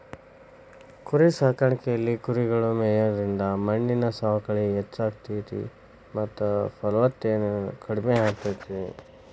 ಕುರಿಸಾಕಾಣಿಕೆಯಲ್ಲಿ ಕುರಿಗಳು ಮೇಯೋದ್ರಿಂದ ಮಣ್ಣಿನ ಸವಕಳಿ ಹೆಚ್ಚಾಗ್ತೇತಿ ಮತ್ತ ಫಲವತ್ತತೆನು ಕಡಿಮೆ ಆಗ್ತೇತಿ